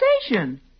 station